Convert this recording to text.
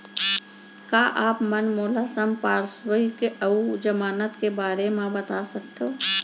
का आप मन मोला संपार्श्र्विक अऊ जमानत के बारे म बता सकथव?